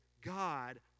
god